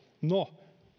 no